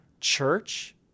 church